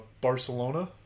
Barcelona